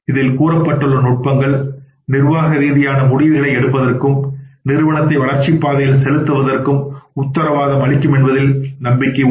இதில் கூறப்பட்டுள்ள நுட்பங்கள் நிர்வாக ரீதியான முடிவுகளை எடுப்பதற்கும் நிறுவனத்தை வளர்ச்சிப் பாதையில் செலுத்துவதற்கும் உத்தரவாதம் அளிக்கும் என்பதில் நம்பிக்கை உண்டு